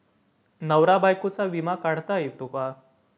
नवरा बायकोचा विमा काढता येतो का?